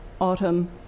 autumn